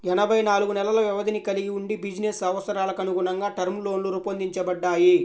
ఎనభై నాలుగు నెలల వ్యవధిని కలిగి వుండి బిజినెస్ అవసరాలకనుగుణంగా టర్మ్ లోన్లు రూపొందించబడ్డాయి